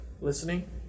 listening